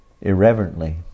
irreverently